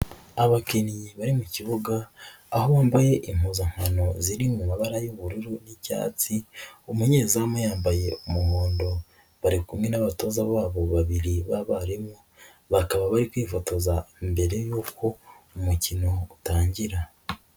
Abakinnyi bari mu kibuga, aho bambaye impuzankano ziri mu mabara y'ubururu n'icyatsi, umunyezamu yambaye umuhondo. Bari kumwe n'abatoza babo babiri b'abarimu, bakaba bari kwifotoza mbere y'uko umukino utangira.